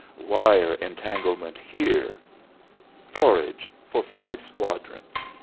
wire entanglements here forage for five squadrons.